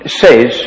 says